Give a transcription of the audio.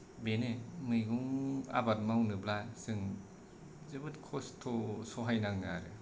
बेनो मैगं आबाद मावनोब्ला जों जोबोद खस्थ' सहायनाङो आरो